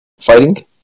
fighting